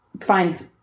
find